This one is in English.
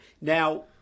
Now